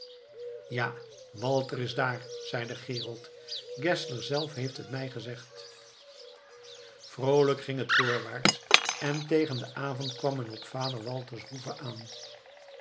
ja walter is daar zeide gerold geszler zelf heeft het mij gezegd vroolijk ging het voorwaarts en tegen den avond kwam men op vader walters hoeve aan